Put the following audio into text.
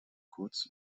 kurz